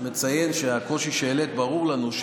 מציין שהקושי שהעלית ברור לנו,